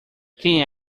quem